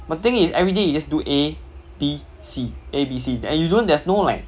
but the thing is everyday you do A B C A B C and you know there's no like